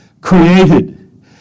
created